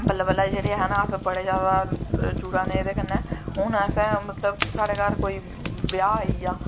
बल्लें बल्लें अस हैना जेह्ड़े जुड़ा ने एह्दे कन्नै हून असैं मतलव साढ़ै घर कोई ब्याह् आईया